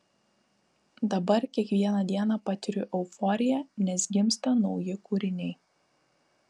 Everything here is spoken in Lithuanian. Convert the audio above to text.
dabar kiekvieną dieną patiriu euforiją nes gimsta nauji kūriniai